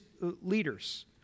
leaders